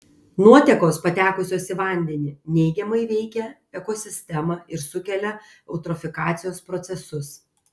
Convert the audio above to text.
nuotekos patekusios į vandenį neigiamai veikia ekosistemą ir sukelia eutrofikacijos procesus